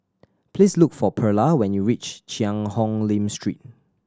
please look for Perla when you reach Cheang Hong Lim Street